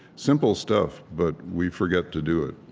simple stuff, but we forget to do it